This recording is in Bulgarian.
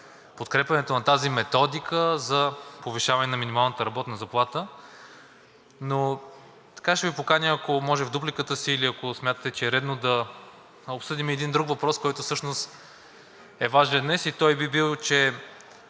подкрепянето на тази методика за повишаване на минималната работна заплата. Ще Ви поканя, ако може в дупликата си, или ако смятате, че е редно, да обсъдим един друг въпрос, който всъщност е важен днес, и той би бил, че